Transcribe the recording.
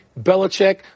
Belichick